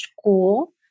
school